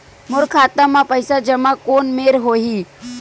मोर खाता मा पईसा जमा कोन मेर होही?